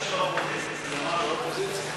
ההסתייגות של חבר הכנסת אברהם מיכאלי לסעיף 2